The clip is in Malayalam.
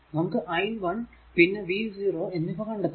നമുക്ക് i 1 പിന്നെ v 0 എന്നിവ കണ്ടെത്തുക